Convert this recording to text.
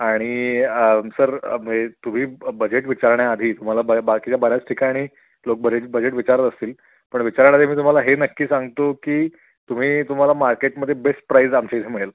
आणि सर तुम्ही ब बजेट विचारण्याआधी तुम्हाला बऱ्या बाकीच्या बऱ्याच ठिकाणी लोक बजेट बजेट विचारत असतील पण विचारणारे मी तुम्हाला हे नक्की सांगतो की तुम्ही तुम्हाला मार्केटमध्ये बेस्ट प्राईज आमच्या इथं मिळेल